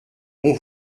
bon